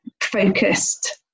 focused